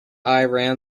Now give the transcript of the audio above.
iran